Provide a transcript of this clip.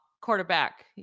quarterback